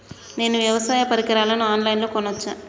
నేను వ్యవసాయ పరికరాలను ఆన్ లైన్ లో కొనచ్చా?